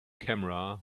camera